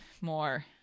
more